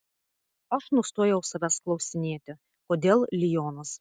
aš nustojau savęs klausinėti kodėl lionas